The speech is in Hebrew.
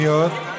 מי עוד?